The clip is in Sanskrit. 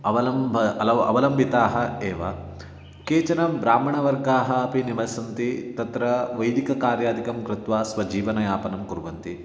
अवलम्बनम् अलव् अवलम्बिताः एव केचन ब्राह्मणवर्गाः अपि निवसन्ति तत्र वैदिककार्यादिकं कृत्वा स्वजीवनयापनं कुर्वन्ति